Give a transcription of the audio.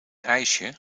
ijsje